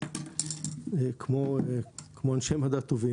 כמו אנשי מדע טובים,